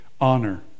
Honor